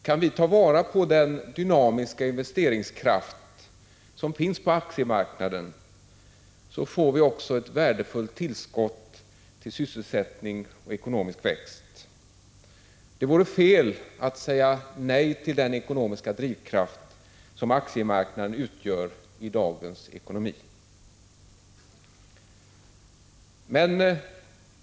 Kan vi ta vara på den dynamiska investeringskraft som finns på aktiemarknaden, får vi också ett värdefullt tillskott till sysselsättning och ekonomisk tillväxt. Det vore fel att säga nej till den ekonomiska drivkraft som aktiemarknaden utgör i dagens ekonomi.